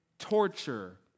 torture